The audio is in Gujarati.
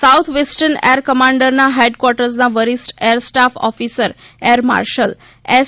સાઉથ વેસ્ટર્ન એર કમાન્ડના હેડક્વાર્ટરના વરિષ્ઠ air staff officer air marshal S